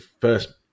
first